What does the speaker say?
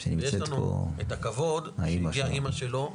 ויש לנו את הכבוד שהגיעה אמא שלו,